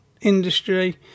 industry